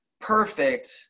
perfect